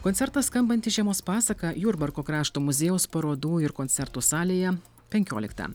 koncertas skambanti žiemos pasaka jurbarko krašto muziejaus parodų ir koncertų salėje penkioliktą